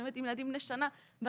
אני עובדת עם ילדים בני שנה וחצי,